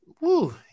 Woo